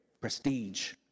prestige